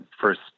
first